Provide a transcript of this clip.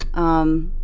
um,